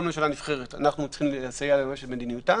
כל ממשלה נבחרת אנחנו צריכים לסייע לה לממש את מדיניותה